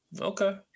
Okay